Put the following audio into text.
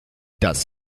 das